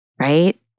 right